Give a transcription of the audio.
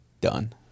Done